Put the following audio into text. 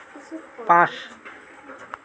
পাঁচ